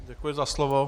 Děkuji za slovo.